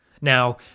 Now